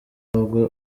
ntabwo